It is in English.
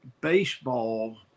baseball